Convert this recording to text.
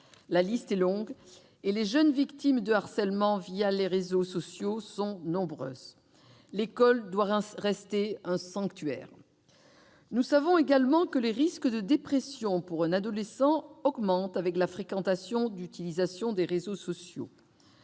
La liste est longue, et les jeunes victimes de harcèlement les réseaux sociaux sont nombreuses. L'école doit rester un sanctuaire ! Nous savons également que les risques de dépression augmentent pour un adolescent avec la fréquentation des réseaux sociaux.